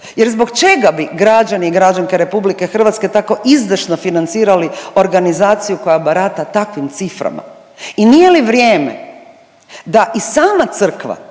Jer zbog čega bi građani i građanke Republike Hrvatske tako izdašno financirali organizaciju koja barata takvim ciframa. I nije li vrijeme da i sama crkva